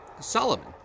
Solomon